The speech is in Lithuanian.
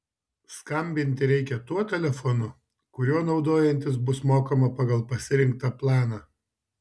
skambinti reikia tuo telefonu kuriuo naudojantis bus mokama pagal pasirinktą planą